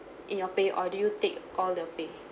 in your pay or do you take all the pay